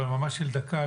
אבל ממש לדקה,